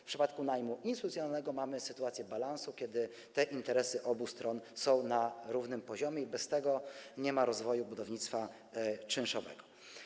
W przypadku najmu instytucjonalnego mamy sytuację balansu, kiedy interesy obu stron są na równym poziomie i bez tego nie ma rozwoju budownictwa czynszowego.